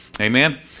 Amen